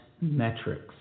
metrics